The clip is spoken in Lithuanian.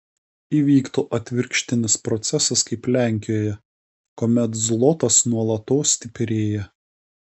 įvyktų atvirkštinis procesas kaip lenkijoje kuomet zlotas nuolatos stiprėja